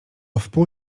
wpół